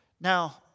Now